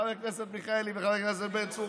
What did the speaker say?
חבר הכנסת מיכאלי וחבר הכנסת בן צור,